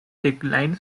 decline